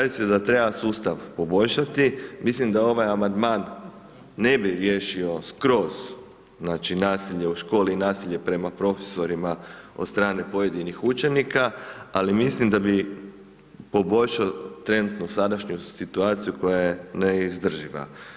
Ja mislim da sustav treba poboljšati, mislim da ovaj amandman ne bi riješio skroz znači nasilje u školi i nasilje prema profesorima od strane pojedinih učenika, ali mislim da bi poboljšo trenutno sadašnju situaciju koja je neizdrživa.